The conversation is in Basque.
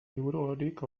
libururik